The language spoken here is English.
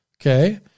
Okay